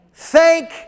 Thank